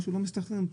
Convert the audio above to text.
משהו לא מסתנכרן כאן.